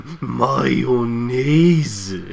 mayonnaise